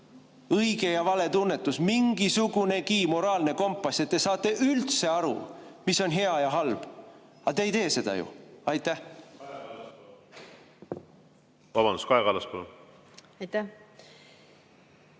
õige ja vale tunnetus, mingisugunegi moraalne kompass, et te saate üldse aru, mis on hea ja halb. Aga te ei tee seda ju. Kaja Kallas, palun!